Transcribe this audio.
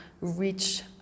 reach